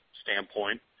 standpoint